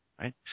Right